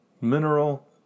Mineral